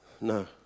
No